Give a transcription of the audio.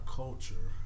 culture